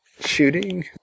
shooting